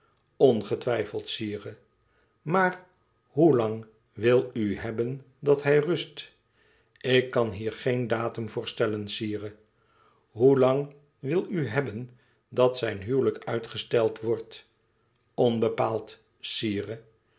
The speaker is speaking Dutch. sire maar hoe lang wil u hebben dat hij rust ik kan hier geen datum voor stellen sire hoelang wil u hebben dat zijn huwelijk uitgesteld wordt onbepaald sire